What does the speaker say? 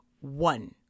one